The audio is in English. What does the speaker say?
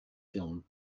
film